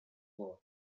board